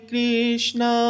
Krishna